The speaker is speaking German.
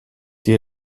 die